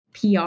PR